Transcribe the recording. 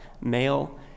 Male